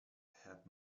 had